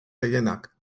gehienak